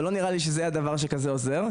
אבל לא נראה לי שזה דבר שיעזור כל כך.